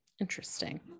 Interesting